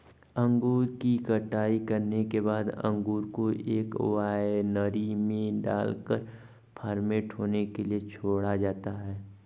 अंगूर की कटाई करने के बाद अंगूर को एक वायनरी में डालकर फर्मेंट होने के लिए छोड़ा जाता है